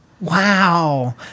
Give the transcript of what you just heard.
Wow